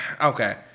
Okay